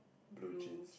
blue jeans